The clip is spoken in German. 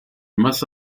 masse